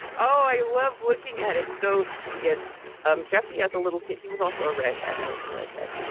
oh, i love looking at it. so it's um jeffie as a little kid. he was also a redhead. i was a redhead.